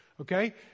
Okay